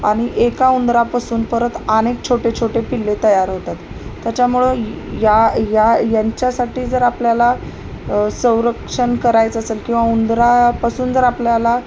आणि एका उंदरापासून परत अनेक छोटे छोटे पिल्ले तयार होतात त्याच्यामुळं या या यांच्यासाठी जर आपल्याला संरक्षण करायचं असेल किंवा उंदरापासून जर आपल्याला